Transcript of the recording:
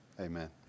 Amen